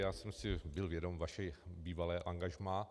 Já jsem si byl vědom vašeho bývalého angažmá.